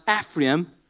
Ephraim